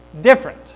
different